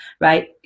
right